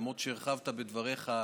למרות שהרחבת בדבריך,